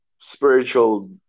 spiritual